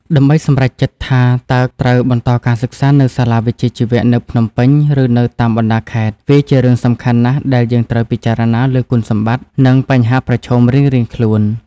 ដើម្បីសម្រេចចិត្តថាតើត្រូវបន្តការសិក្សានៅសាលាវិជ្ជាជីវៈនៅភ្នំពេញ ឬនៅតាមបណ្តាខេត្ត វាជារឿងសំខាន់ណាស់ដែលយើងត្រូវពិចារណាលើគុណសម្បត្តិ និងបញ្ហាប្រឈមរៀងៗខ្លួន។